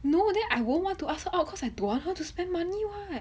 no then I won't want to ask her out cause I don't want her to spend money [what]